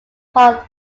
hall